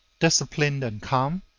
disciplined and calm,